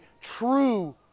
true